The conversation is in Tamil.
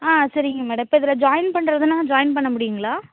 ஆ சரிங்க மேடோம் இப்போ அதில் ஜாயின் பண்ணுறதுனா ஜாயின் பண்ண முடியுங்களா